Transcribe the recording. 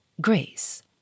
grace